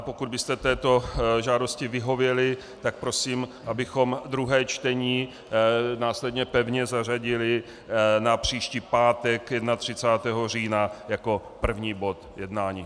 Pokud byste této žádosti vyhověli, tak prosím, abychom druhé čtení následně pevně zařadili na příští pátek 31. října jako první bod jednání.